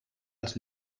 als